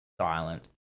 silent